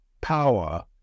power